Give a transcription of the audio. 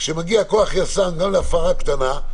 וכשמגיע כוח יס"מ גם להפרה קטנה,